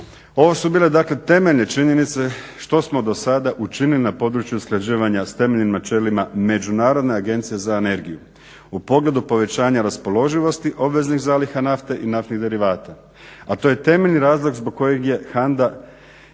Ovo su bile dakle temeljne činjenice što smo dosada učinili na području usklađivanja s temeljnim načelima Međunarodne agencije za energiju u pogledu povećanja raspoloživosti obveznih zaliha nafte i naftnih derivata. A to je temeljni razlog zbog kojeg je HANDA